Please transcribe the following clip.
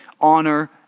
honor